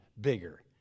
bigger